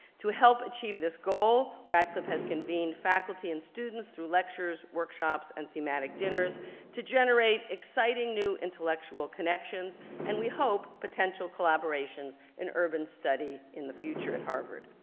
to help achieve this goal, radcliffe has convened faculty and students through lectures, workshops, and thematic dinners to generate exciting new intellectual connections and we hope potential collaborations in urban study in the future at harvard.